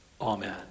Amen